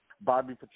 Bobby